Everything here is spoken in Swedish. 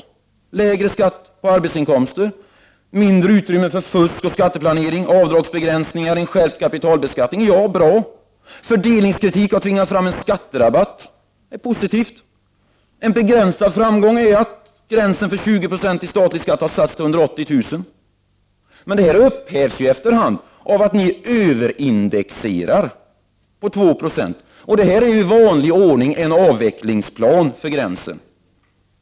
Dit hör lägre skatt på arbetsinkomster, mindre utrymme för fusk och skatteplanering, avdragsbegränsningar och en skärpt kapitalbeskattning. Det är bra. Fördelningskritik har tvingat fram en skatterabatt — det är positivt. En begränsad framgång är att gränsen för 20 Yo i statlig skatt har satts till högst 180 000 kr. Detta upphävs dock efter hand av en ”överindexering” på 2 90. Det här är i vanlig ordning en avvecklingsplan för gränsen.